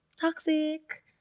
toxic